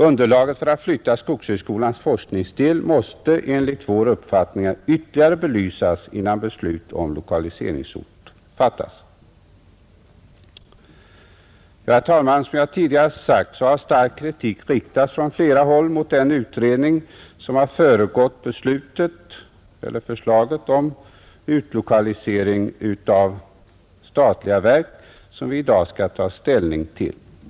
Underlaget för att flytta skogshögskolans forskningsdel måste enligt vår uppfattning ytterligare belysas innan beslut om lokaliseringsort fattas. Herr talman! Som jag tidigare sagt har stark kritik riktats från flera håll mot den utredning som föregått förslaget om utlokalisering av statliga verk.